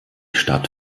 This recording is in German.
stadt